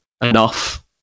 enough